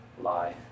lie